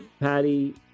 patty